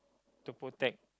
to protect